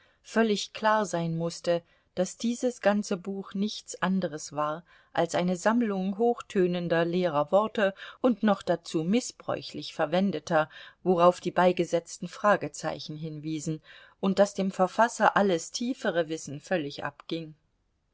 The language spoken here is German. völlig klar sein mußte daß dieses ganze buch nichts anderes war als eine sammlung hochtönender leerer worte und noch dazu mißbräuchlich verwendeter worauf die beigesetzten fragezeichen hinwiesen und daß dem verfasser alles tiefere wissen völlig abging